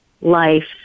life